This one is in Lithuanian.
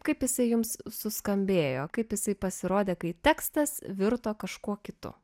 kaip jisai jums suskambėjo kaip jisai pasirodė kai tekstas virto kažkuo kitu